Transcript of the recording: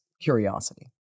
curiosity